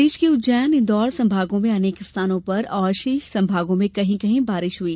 प्रदेश के उज्जैन इंदौर संभागों में अनेक स्थानों पर और शेष संभागों में कहीं कहीं बारिश दर्ज की गई